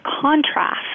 contrast